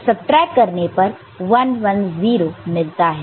फिर सबट्रैक्ट करने पर 1 1 0 मिलता है